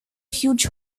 huge